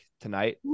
tonight